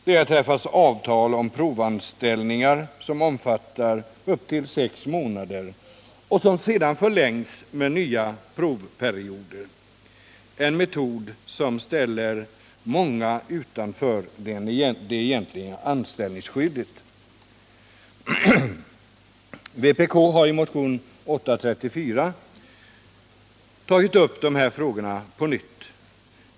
Det har träffats avtal om provanställningar som omfattar upp till sex månader och som sedan förlängs med nya provperioder, en metod som ställer många utanför det egentliga anställningsskyddet. Vpk har i motionen 834 tagit upp dessa frågor på nytt.